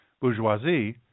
bourgeoisie